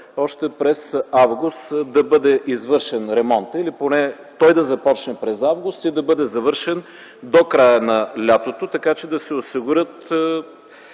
още през м. август да бъде извършен ремонтът или той да започне през м. август и да завърши до края на лятото, за да се осигурят